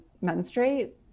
menstruate